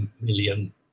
million